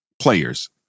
players